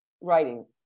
writing